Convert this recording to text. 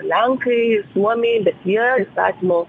lenkai suomiai bet jie įstatymo